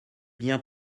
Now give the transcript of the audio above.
bien